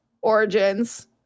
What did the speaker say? Origins